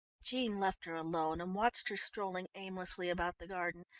jean left her alone and watched her strolling aimlessly about the garden,